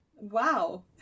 Wow